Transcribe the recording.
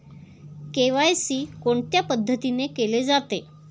KYC कोणत्या पद्धतीने केले जाते?